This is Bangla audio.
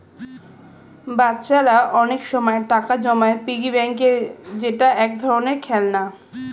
বাচ্চারা অনেক সময় টাকা জমায় পিগি ব্যাংকে যেটা এক ধরনের খেলনা